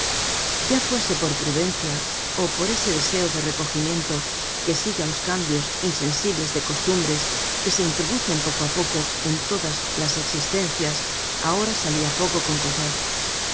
ya fuese por prudencia ó por ese deseo de recogimiento que sigue á los cambios insensibles de costumbres que se introducen poco á poco en todas las existencias ahora salia poco con